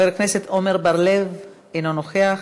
חבר הכנסת עמר בר-לב, אינו נוכח,